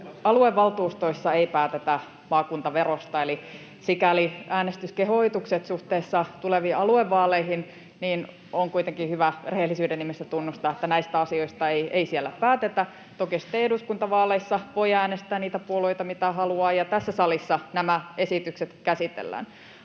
Aluevaltuustoissa ei päätetä maakuntaverosta, eli sikäli äänestyskehotuksissa tuleviin aluevaaleihin on kuitenkin hyvä rehellisyyden nimissä tunnustaa, että näistä asioista ei siellä päätetä. Toki sitten eduskuntavaaleissa voi äänestää niitä puolueita, mitä haluaa, ja tässä salissa nämä esitykset käsitellään.